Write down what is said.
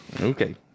Okay